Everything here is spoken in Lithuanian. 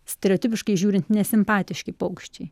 stereotipiškai žiūrint nesimpatiški paukščiai